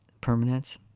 permanence